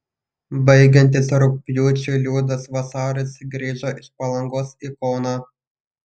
baigiantis rugpjūčiui liudas vasaris grįžo iš palangos į kauną